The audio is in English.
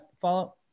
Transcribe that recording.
follow